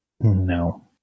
No